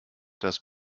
das